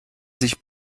sich